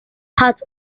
part